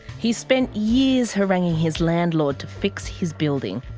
he's spent years haranguing his landlord to fix his building.